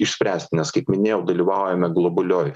išspręsti nes kaip minėjau dalyvaujame globalioj